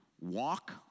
Walk